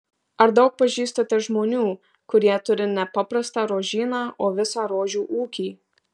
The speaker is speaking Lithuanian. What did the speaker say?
ar daug pažįstate žmonių kurie turi ne paprastą rožyną o visą rožių ūkį